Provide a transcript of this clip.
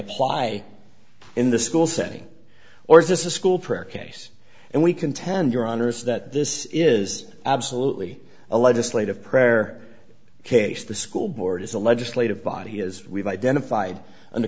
apply in the school setting or is this a school prayer case and we contend your honour's that this is absolutely a legislative prayer case the school board is a legislative body as we've identified